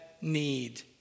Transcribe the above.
need